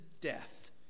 death